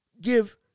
give